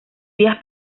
vías